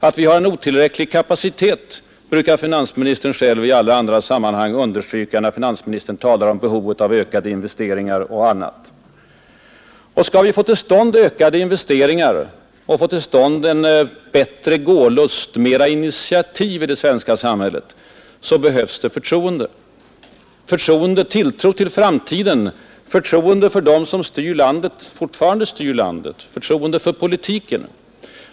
Att vi har en otillräcklig kapacitet brukar finansministern själv i alla andra sammanhang understryka när han talar om behovet av ökade investeringar. Men skall vi få till stånd ökade investeringar, en bättre gålust och flera initiativ i det svenska samhället behövs det förtroende — tilltro till framtiden, förtroende för dem som fortfarande styr landet, förtroende för politiken.